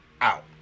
out